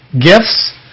gifts